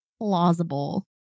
plausible